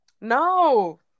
No